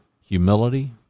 Humility